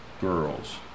girls